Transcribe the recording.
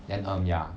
them um ya